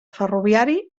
ferroviari